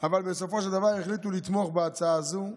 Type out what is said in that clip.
אבל בסופו של דבר החליטו לתמוך בהצעה הזאת,